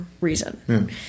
reason